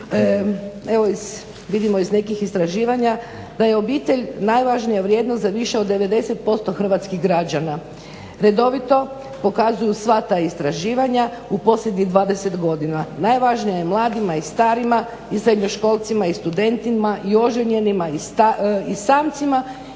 Evo, vidimo iz nekih istraživanja da je obitelj najvažnija vrijednost za više od 90% hrvatskih građana, redovito pokazuju sva ta istraživanja u posljednjih 20 godina. Najvažnija je mladima i starima i srednjoškolcima i studentima i oženjenima i samcima